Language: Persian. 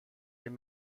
این